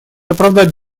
оправдать